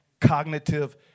Cognitive